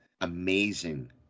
amazing